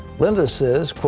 linda says,